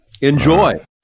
Enjoy